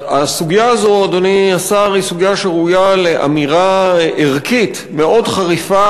הסוגיה הזאת ראויה לאמירה ערכית מאוד חריפה